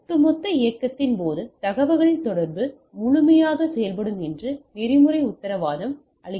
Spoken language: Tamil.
ஒட்டுமொத்த இயக்கத்தின் போது தகவல் தொடர்பு முழுமையாக செயல்படும் என்று நெறிமுறை உத்தரவாதம் அளிக்காது